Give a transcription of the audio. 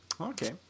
Okay